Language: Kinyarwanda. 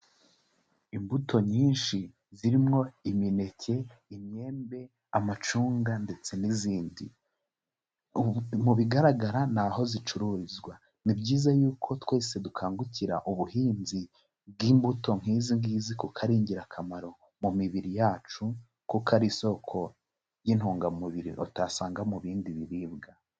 Imbuto nyinshi zirimo imineke, imyembe, amacunga ndetse n'izindi, mu bigaragara ni aho zicururizwa, ni byiza yuko twese dukangukira ubuhinzi bw'imbuto nk'izi ngizi kuko ari ingirakamaro mu mibiri yacu, kuko ari isoko y'intungamubiri utasanga mu bindi biribwa.